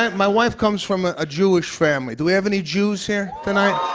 my wife comes from a jewish family. do we have any jews here tonight?